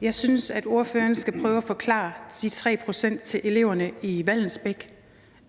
Jeg synes, at ordføreren skal prøve at forklare de 3 pct. til eleverne i Vallensbæk